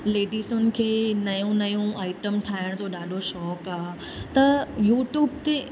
लेडिसुनि खे नयों नयों आइटम ठाहिण जो ॾाढो शौक़ु आहे त यूट्यूब ते